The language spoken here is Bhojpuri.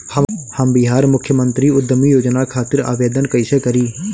हम बिहार मुख्यमंत्री उद्यमी योजना खातिर आवेदन कईसे करी?